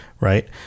Right